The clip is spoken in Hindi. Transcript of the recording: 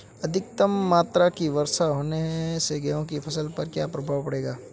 अधिक मात्रा की वर्षा होने से गेहूँ की फसल पर क्या प्रभाव पड़ेगा?